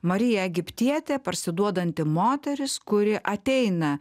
marija egiptietė parsiduodanti moteris kuri ateina